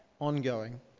ongoing